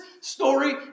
story